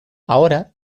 ahora